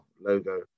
logo